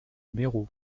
méreau